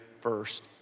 first